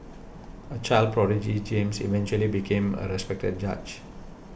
a child prodigy James eventually became a respected judge